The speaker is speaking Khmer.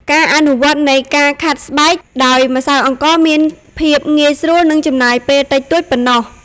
ការអនុវត្តនៃការខាត់ស្បែកដោយម្សៅអង្ករមានភាពងាយស្រួល និងចំណាយពេលតិចតួចប៉ុណ្ណោះ។